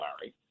larry